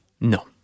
No